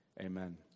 Amen